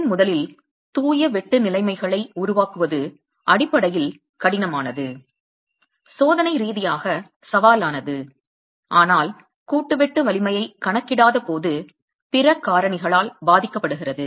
முதன்முதலில் தூய வெட்டு நிலைமைகளை உருவாக்குவது அடிப்படையில் கடினமானது சோதனை ரீதியாக சவாலானது ஆனால் கூட்டு வெட்டு வலிமையைக் கணக்கிடாத போது பிற காரணிகளால் பாதிக்கப்படுகிறது